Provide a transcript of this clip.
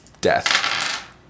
death